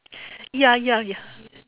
ya ya ya